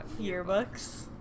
yearbooks